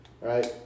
right